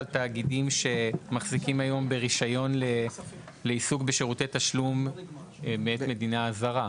בתאגידים שמחזיקים היום רישיון לעיסוק בשירותי תשלום במדינה זרה.